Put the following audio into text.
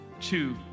two